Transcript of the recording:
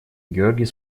георгий